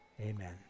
Amen